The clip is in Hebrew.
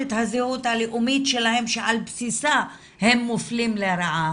את הזהות הלאומית שלהם שעל בסיסה הם מופלים לרעה.